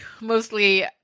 mostly